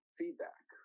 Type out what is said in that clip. feedback